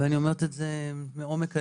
ואני אומרת את זה מעומק הלב.